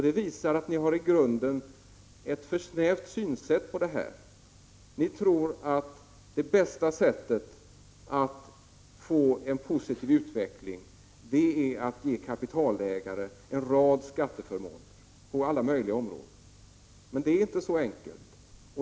Det visar att ni i grunden har ett för snävt synsätt. Ni tror att det bästa sättet att få till stånd en positiv utveckling är att ge kapitalägare en rad skatteförmåner på alla möjliga områden, men det är inte så enkelt.